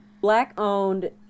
black-owned